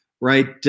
right